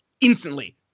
instantly